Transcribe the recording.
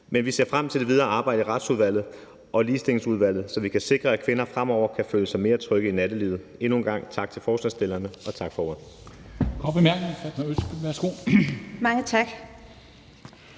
men vi ser frem til det videre arbejde i Retsudvalget og Ligestillingsudvalget, så vi kan sikre, at kvinder fremover kan føle sig mere trygge i nattelivet. Endnu en gang tak til forslagsstillerne. Tak for ordet.